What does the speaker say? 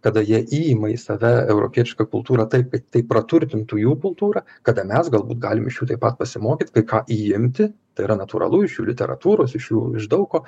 kada jie įima į save europietišką kultūrą taip kad tai praturtintų jų kultūrą kada mes galbūt galim iš jų taip pat pasimokyt kai ką įimti tai yra natūralu iš jų literatūros iš jų iš daug ko